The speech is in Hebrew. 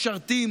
משרתים